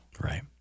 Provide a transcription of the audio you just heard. Right